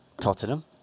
Tottenham